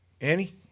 Annie